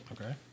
Okay